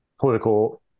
political